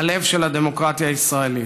הלב של הדמוקרטיה הישראלית.